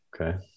Okay